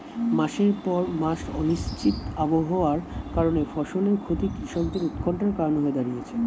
মাসের পর মাস অনিশ্চিত আবহাওয়ার কারণে ফসলের ক্ষতি কৃষকদের উৎকন্ঠার কারণ হয়ে দাঁড়িয়েছে